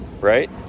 right